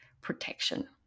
protection